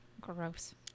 Gross